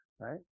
right